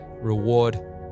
reward